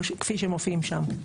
כפי שמופיעים שם.